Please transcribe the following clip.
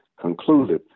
concluded